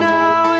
now